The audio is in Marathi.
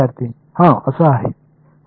विद्यार्थी हं असं आहे